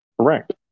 Correct